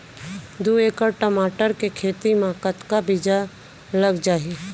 दू एकड़ टमाटर के खेती मा कतका बीजा लग जाही?